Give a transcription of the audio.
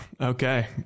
okay